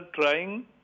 trying